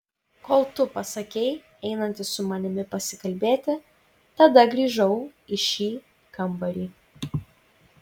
kol tu pasakei einantis su manimi pasikalbėti tada grįžau į šį kambarį